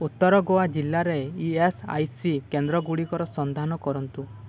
ଉତ୍ତର ଗୋଆ ଜିଲ୍ଲାରେ E S I C କେନ୍ଦ୍ରଗୁଡ଼ିକର ସନ୍ଧାନ କରନ୍ତୁ